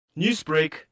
Newsbreak